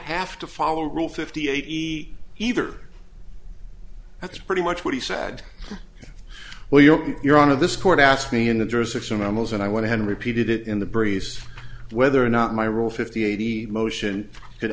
have to follow rule fifty eight he either that's pretty much what he said well you're on to this court asked me in the jurisdiction i was and i went ahead and repeated it in the breeze whether or not my rule fifty eighty motion could